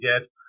get